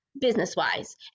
business-wise